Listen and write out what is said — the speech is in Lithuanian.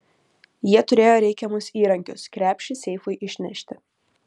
jie turėjo reikiamus įrankius krepšį seifui išnešti